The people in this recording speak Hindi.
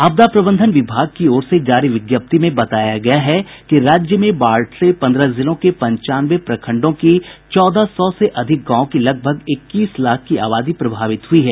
आपदा प्रबंधन विभाग की ओर से जारी विज्ञप्ति में बताया गया है कि राज्य में बाढ़ से पन्द्रह जिलों के पंचानवे प्रखंडों की चौदह सौ से अधिक गांवों की लगभग इक्कीस लाख की आबादी प्रभावित हुई है